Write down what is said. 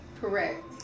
Correct